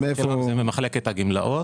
הפנסיות שלהם ממחלקת הגמלאות.